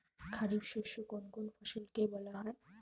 খারিফ শস্য কোন কোন ফসলকে বলা হয়?